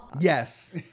Yes